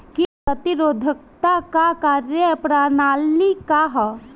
कीट प्रतिरोधकता क कार्य प्रणाली का ह?